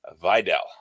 Vidal